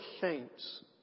saints